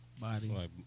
body